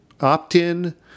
Opt-in